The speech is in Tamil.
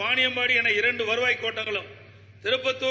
வாணியம்பாடிஎன இரண்டுவருவாய் கோட்டங்களும் திருப்பத்தார்